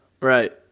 Right